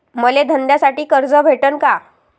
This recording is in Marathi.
मले धंद्यासाठी कर्ज भेटन का?